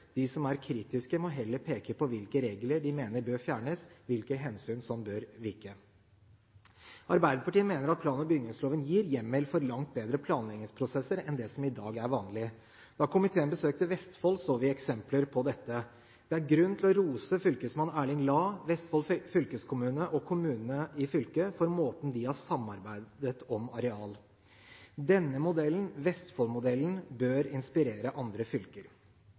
De som er kritiske, må heller peke på hvilke regler de mener bør fjernes, og hvilke hensyn som bør vike. Arbeiderpartiet mener at plan- og bygningsloven gir hjemmel for langt bedre planleggingsprosesser enn det som i dag er vanlig. Da komiteen besøkte Vestfold, så vi eksempler på dette. Det er grunn til å rose fylkesmann Erling Lae, Vestfold fylkeskommune og kommunene i fylket for måten de har samarbeidet om areal på. Denne modellen – Vestfoldmodellen – bør inspirere andre fylker.